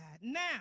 Now